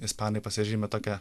ispanai pasižymi tokia